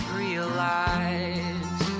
realize